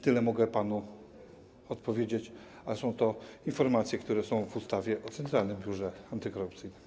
Tyle mogę panu powiedzieć, a są to informacje, które są w ustawie o Centralnym Biurze Antykorupcyjnym.